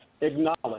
acknowledge